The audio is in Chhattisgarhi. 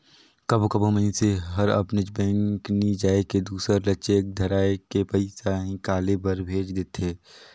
कभों कभों मइनसे हर अपनेच बेंक नी जाए के दूसर ल चेक धराए के पइसा हिंकाले बर भेज देथे